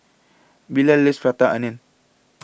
Bilal loves Prata Onion